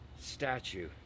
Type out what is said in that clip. statue